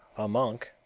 a monk,